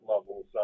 levels